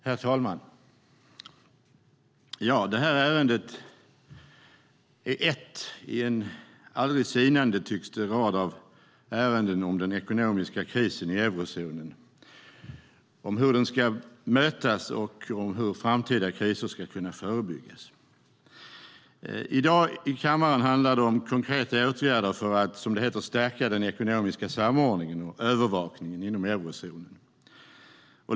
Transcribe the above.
Herr talman! Det här ärendet är ett i en, som det tycks, aldrig sinande rad av ärenden om den ekonomiska krisen i eurozonen, om hur den ska mötas och hur framtida kriser ska kunna förebyggas. I dag i kammaren handlar det om konkreta åtgärder för att, som det heter, stärka den ekonomiska samordningen och övervakningen inom eurozonen.